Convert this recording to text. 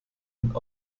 und